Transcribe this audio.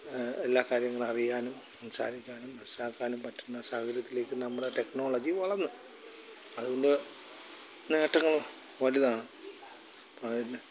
എല്ലാ കാര്യങ്ങളും അറിയാനും സാധിക്കാനും മനസ്സിലാക്കാനും പറ്റുന്ന ഒരു സാഹചര്യത്തിലേക്ക് നമ്മുടെ ടെക്നോളജി വളർന്നു അതുകൊണ്ട് നേരത്തത്തേക്കാളും വലുതാണ് അപ്പം അതിന്